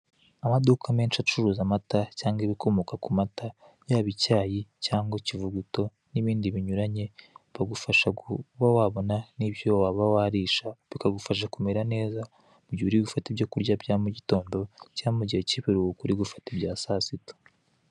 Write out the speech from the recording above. Amaduka menshi acuruza amata cyangwa ibikomoka ku mata yaba icyayi cyangwa ikivuguto, n'ibindi binyuranye bagufasha kuba wabona n'ibyo waba warisha ukaba bikagufasha kumera neza igihe uri gufata ibyo kurya bya mugitonda cyangwa igihe uri gufata ibyo kurya bya saa sita.